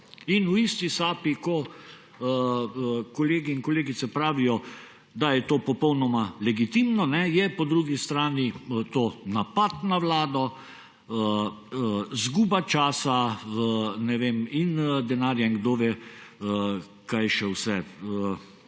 V isti sapi, ko kolegice in kolegi pravijo, da je to popolnoma legitimno, je po drugi strani to napad na Vlado, izguba časa, denarja in kdo ve, česa še vse.